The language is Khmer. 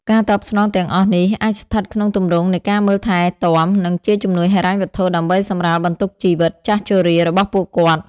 ការតបស្នងទាំងអស់នេះ អាចស្ថិតក្នុងទម្រង់នៃការមើលថែរទាំ និងជាជំនួយហិរញ្ញវត្ថុ ដើម្បីសម្រាលបន្ទុកជីវិតចាស់ជរារបស់ពួកគាត់។